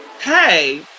hey